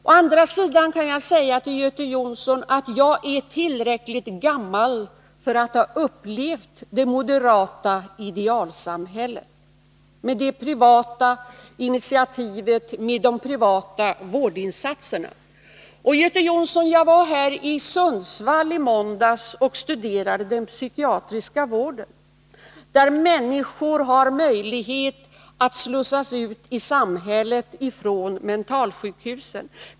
Å andra sidan kan jag säga till Göte Jonsson att jag är tillräckligt gammal för att ha upplevt det moderata idealsamhället, med det privata initiativet och med de privata vårdinsatserna. Jag var, Göte Jonsson, i måndags uppe i Sundsvall och studerade den psykiatriska vården. Där har människor möjlighet att slussas ut i samhället från mentalsjukhusen.